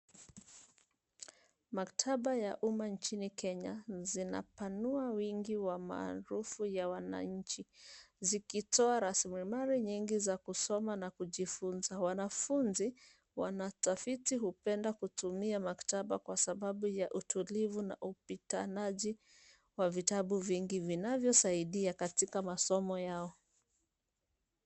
Maktaba ya umma nchini Kenya zinapanua wingi wa maarufu ya wananchi zikitoa rasilimali nyingi za kusoma na kujifunza. Wanafunzi wanatafiti hupenda kutumia maktaba kwa sababu ya utulivu na upitanaji wa vitabu vingi vinavyosaidia katika masomo yao.